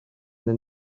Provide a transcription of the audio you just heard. then